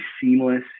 seamless